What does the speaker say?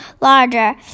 larger